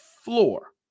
floor